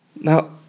Now